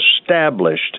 established